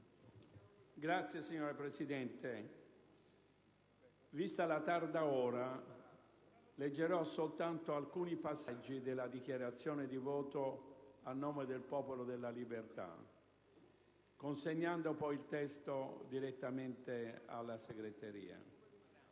*(PdL)*. Signora Presidente, vista la tarda ora leggerò soltanto alcuni passaggi della dichiarazione di voto a nome del Popolo della Libertà, consegnando poi il testo direttamente agli Uffici.